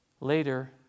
Later